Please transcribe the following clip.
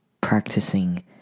practicing